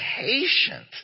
patient